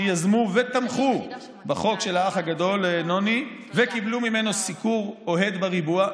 שיזמו ותמכו בחוק של האח הגדול לנוני וקיבלו ממנה סיקור אוהד בריבוע,